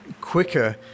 quicker